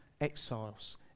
Exiles